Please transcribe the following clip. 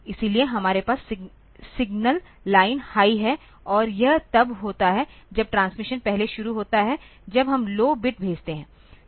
इसलिए हमारे पास सिग्नल लाइन हाई है और यह तब होता है जब ट्रांसमिशन पहले शुरू होता है जब हम लौ बिट भेजते हैं